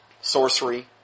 sorcery